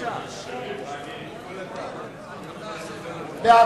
האיחוד הלאומי להביע אי-אמון בממשלה לא נתקבלה.